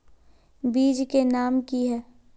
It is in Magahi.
बीज के नाम की है?